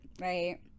Right